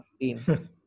team